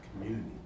community